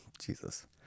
jesus